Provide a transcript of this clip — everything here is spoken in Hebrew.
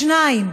השני,